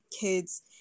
kids